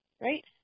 Right